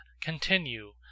continue